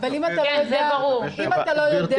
אבל אם אתה לא יודע